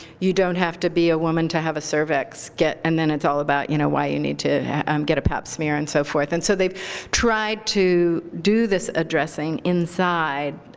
you don't have to be a woman to have a cervix. and then it's all about you know why you need to um get a pap smear and so forth. and so they've tried to do this addressing inside